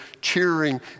cheering